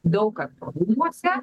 daug kad rūmuose